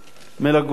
מלגות,